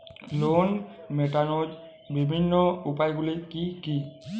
Loan মেটানোর বিভিন্ন উপায়গুলি কী কী?